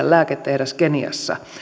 lääketehdas keniassa